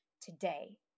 today